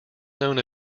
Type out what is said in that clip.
known